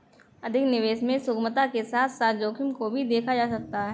अधिक निवेश में सुगमता के साथ साथ जोखिम को भी देखा जा सकता है